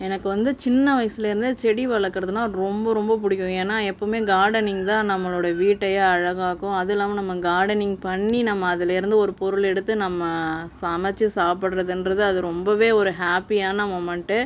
எனக்கு வந்து சின்ன வயசுலேருந்தே செடி வளர்க்குறதுன்னா ரொம்ப ரொம்ப பிடிக்கும் ஏன்னால் எப்பவுமே காடனிங் தான் நம்மளோட வீட்டையே அழகாக்கும் அதுல்லாமல் நம்ம காடனிங் பண்ணி நம்ப அதுலேருந்து ஒரு பொருளெடுத்து நம்ம சமைச்சு சாப்புடுறதுன்றது அது ரொம்பவே ஒரு ஹாப்பியான முமெண்ட்